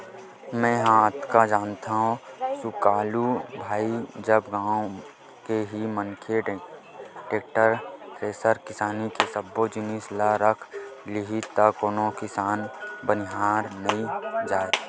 मेंहा अतका जानथव सुकालू भाई जब गाँव के ही मनखे टेक्टर, थेरेसर किसानी के सब्बो जिनिस ल रख लिही त कोनो किसान बाहिर नइ जाय